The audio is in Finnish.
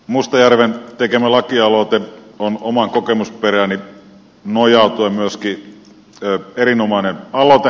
mustajärven tekemä lakialoite on omaan kokemusperääni nojautuen myöskin erinomainen aloite